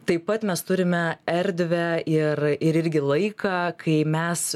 taip pat mes turime erdvę ir ir irgi laiką kai mes